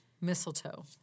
Mistletoe